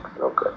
Okay